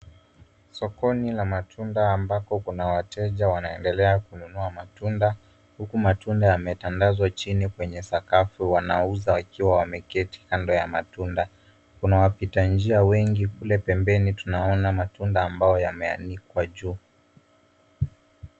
Sokoni la matunda ambako kuna wateja wanaendelea kununua matunda huku matunda yametandazwa chini kwenye sakafu. Wanauza wakiwa wameketi kando ya matunda. Kuna wapita njia wengi mle pembeni tunaona matunda ambayo yameanikwa juu.